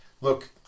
look